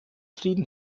frieden